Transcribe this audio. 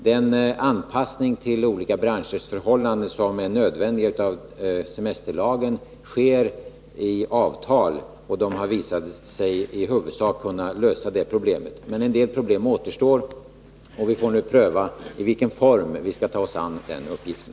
Den anpassning av semesterlagen till olika branschers förhållanden som är nödvändig sker i avtal, och det har visat sig att problemen i huvudsak kunnat lösas på det sättet. Men en del problem återstår, och vi får nu pröva i vilken form vi skall ta oss an den uppgiften.